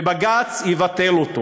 ובג"ץ יבטל אותו.